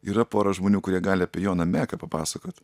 yra pora žmonių kurie gali apie joną meką papasakot